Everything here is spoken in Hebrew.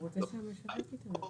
הוא רוצה שהמשווק יקנה אצלו.